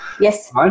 Yes